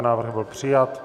Návrh byl přijat.